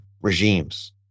regimes